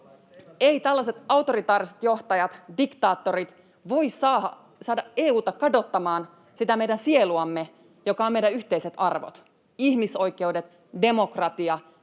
tällaiset autoritaariset johtajat, diktaattorit, voi saada EU:ta kadottamaan sitä meidän sieluamme, joka on meidän yhteiset arvot: ihmisoikeudet, demokratia